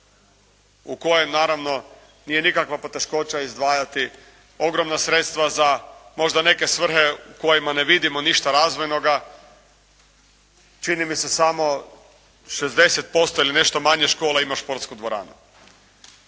u kojem naravno nije nikakva poteškoća izdvajati ogromna sredstva za možda neke svrhe u kojima ne vidimo ništa razvojnoga, čini mi se samo 60% ili nešto manje škola ima športsku dvoranu.